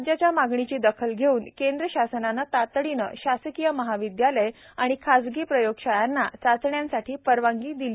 राज्याच्या मागणीची दखल घेऊन केंद्र शासनाने तातडीने शासकीय महाविदयालय आणि खासगी प्रयोगशाळांना चाचण्यांसाठी परवानगी देण्यात आली आहे